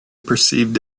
perceived